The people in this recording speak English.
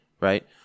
right